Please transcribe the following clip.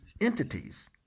entities